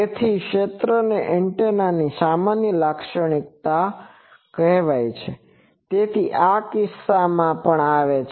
તેથી આ ક્ષેત્ર એન્ટેનાની સામાન્ય લાક્ષણિકતા છે તેથી આ કિસ્સામાં તે પણ આવે છે